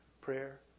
prayer